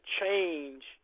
change